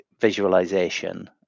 visualization